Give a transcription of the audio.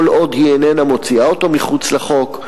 כל עוד היא איננה מוציאה אותו מחוץ לחוק,